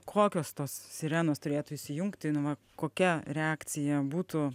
kokios tos sirenos turėtų įsijungti nu va kokia reakcija būtų